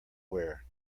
wear